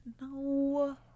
No